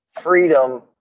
freedom